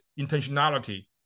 intentionality